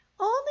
Only